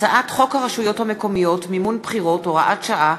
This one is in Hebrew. הצעת חוק הרשויות המקומיות (מימון בחירות) (הוראת שעה),